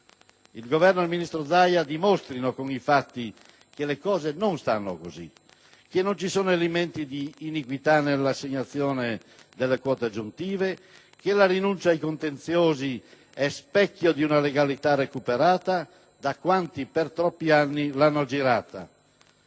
Il Governo ed il ministro Zaia dimostrino con i fatti che le cose non stanno così, che non ci sono elementi di iniquità nell'assegnazione delle quote aggiuntive, che la rinuncia ai contenziosi è specchio di una legalità recuperata da quanti per troppi anni l'hanno aggirata.